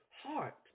heart